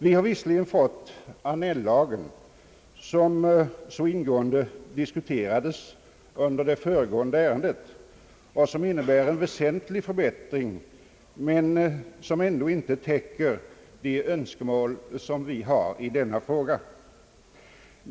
Vi har visserligen fått Annell-lagen, som så ingående diskuterades under det föregående ärendet och som innebär en väsentlig förbättring, men den täcker ändå inte de önskemål som vi har i denna fråga.